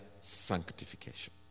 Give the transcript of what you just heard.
sanctification